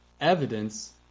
evidence